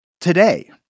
today